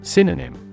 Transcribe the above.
Synonym